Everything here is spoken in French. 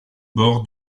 bord